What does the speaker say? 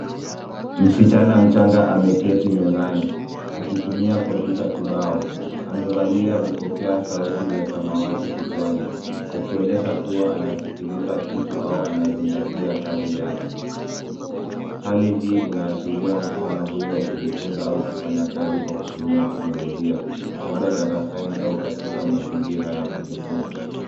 Msichana mchanga ameketi mezani, akitumia kompyuta kibao, amevalia vipokea sauti vya samawati kichwani, akionyesha kuwa anasikiliza kitu au anazingatia kazi yake. Hali hii inaashiria msichana huyu akijifunza au kufanya kazi kwa kutumia teknolojia, labda darasani au katika mazingira ya kujifunza.